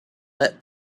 let